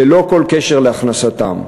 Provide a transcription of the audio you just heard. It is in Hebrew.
ללא כל קשר להכנסתם.